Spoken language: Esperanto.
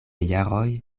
jaroj